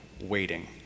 waiting